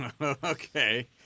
okay